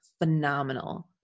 phenomenal